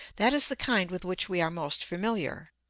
that is the kind with which we are most familiar.